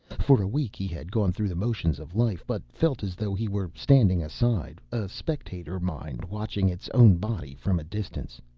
for a week, he had gone through the motions of life, but felt as though he were standing aside, a spectator mind watching its own body from a distance.